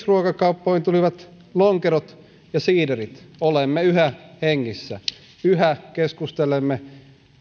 ruokakauppoihin tulivat lonkerot ja siiderit olemme yhä hengissä yhä keskustelemme